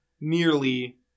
nearly